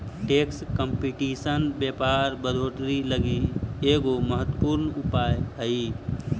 tax competition व्यापार बढ़ोतरी लगी एगो महत्वपूर्ण उपाय हई